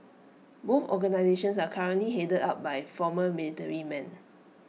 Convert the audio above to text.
both organisations are currently headed up by former military men